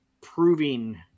proving